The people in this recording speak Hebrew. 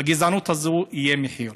לגזענות הזאת יהיה מחיר.